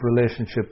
relationship